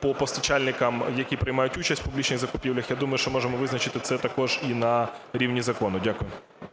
по постачальникам, які приймають участь в публічних закупівлях. Я думаю, що можемо визначити це також і на рівні закону. Дякую. ГОЛОВУЮЧИЙ.